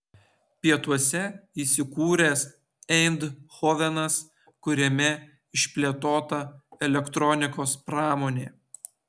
pietuose įsikūręs eindhovenas kuriame išplėtota elektronikos pramonė